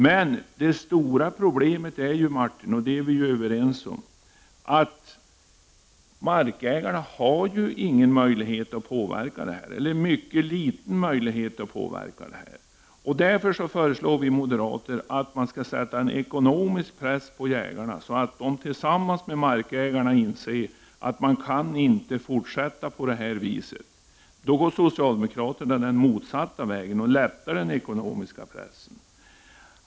Vi är ju överens om att det stora problemet är att markägarna inte har någon eller i varje fall en mycket liten möjlighet att påverka detta. Därför föreslår vi moderater att man skall sätta en ekonomisk press på jägarna, så att dessa tillsammans med markägarna kommer till insikt om att man inte kan fortsätta på detta vis. Socialdemokraterna går emellertid den motsatta vägen och lättar den ekonomiska pressen.